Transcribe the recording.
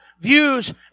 views